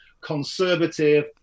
conservative